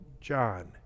John